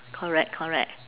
correct correct